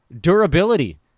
durability